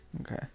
Okay